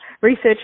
research